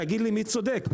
תגיד לי מי צודק,